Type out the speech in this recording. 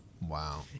Wow